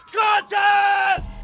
contest